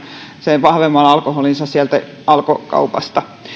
sen vahvemman alkoholinsa sieltä alkon kaupasta